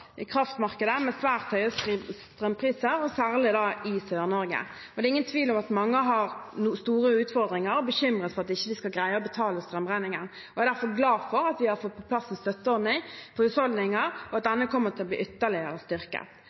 kraftmarkedet med svært høye strømpriser, særlig i Sør-Norge, og det er ingen tvil om at mange har store utfordringer og er bekymret for at de ikke skal greie å betale strømregningen. Jeg er derfor glad for at vi har fått på plass en støtteordning for husholdninger, og at denne kommer til å bli ytterligere styrket.